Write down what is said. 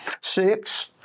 Six